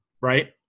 right